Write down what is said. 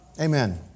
Amen